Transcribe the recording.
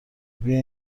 بیا